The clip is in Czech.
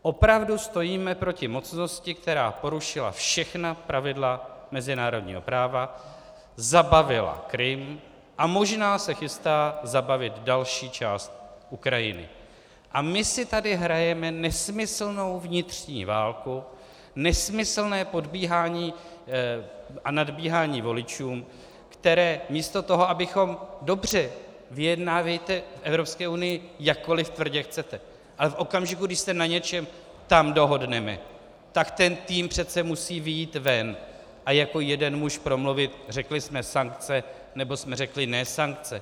Opravdu stojíme proti mocnosti, která porušila všechna pravidla mezinárodního práva, zabavila Krym a možná se chystá zabavit další část Ukrajiny, a my si tady hrajeme nesmyslnou vnitřní válku, nesmyslné podbíhání a nadbíhání voličům, které místo toho, abychom dobře vyjednávejte v Evropské unii, jakkoliv tvrdě chcete, ale v okamžiku, když se na něčem tam dohodneme, tak ten tým přece musí vyjít ven a jako jeden muž promluvit: řekli jsme sankce, nebo jsme řekli ne sankce.